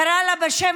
קרא לה בשם,